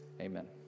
Amen